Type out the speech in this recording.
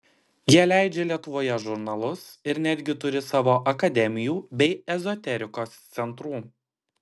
jie leidžia lietuvoje žurnalus ir netgi turi savo akademijų bei ezoterikos centrų